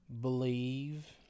believe